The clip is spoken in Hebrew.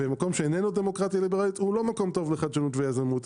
ומקום שאיננו דמוקרטיה ליברלית הוא לא מקום טוב לחדשנות ויזמות.